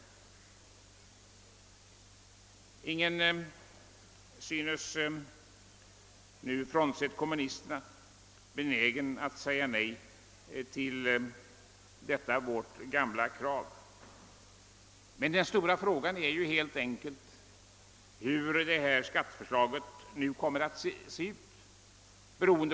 Ingen synes nu, frånsett kommunisterna, vara benägen att säga nej till detta vårt gamla krav. Den stora frågan är helt enkelt hur detta skatteförslag nu kommer att se ut.